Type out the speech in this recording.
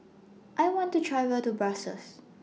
I want to travel to Brussels